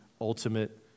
ultimate